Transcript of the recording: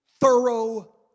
thorough